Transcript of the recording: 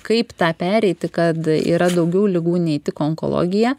kaip tą pereiti kad yra daugiau ligų nei tik onkologija